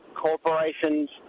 corporations